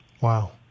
Wow